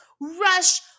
rush